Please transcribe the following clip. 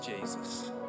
Jesus